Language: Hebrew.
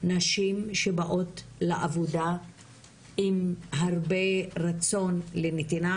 נשים שבאות לעבודה עם הרבה רצון לנתינה.